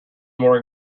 more